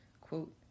quote